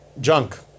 junk